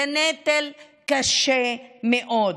זה נטל קשה מאוד.